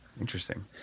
Interesting